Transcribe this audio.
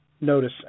notice